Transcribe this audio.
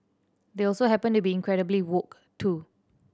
they also happen to be incredibly woke too